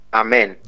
amen